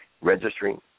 registering